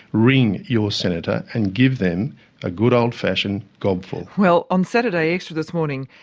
ring your senator, and give them a good old-fashioned gobful. well, on saturday extra this morning,